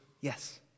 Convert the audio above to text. yes